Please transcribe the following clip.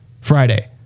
Friday